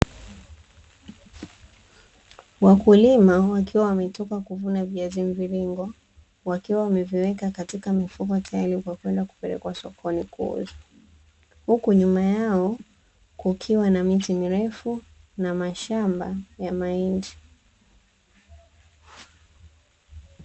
Wakulima wakiwa wametoka kuvuna viazi mviringo, wakiwa wameviweka katika mifuko tayari kwa kwenda kupelekwa sokoni kuuzwa. Huku nyuma yao kukiwa na miti mirefu na mashamba ya mahindi.